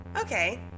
Okay